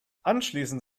anschließend